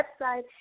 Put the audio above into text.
website